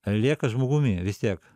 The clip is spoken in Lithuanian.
lieka žmogumi vis tiek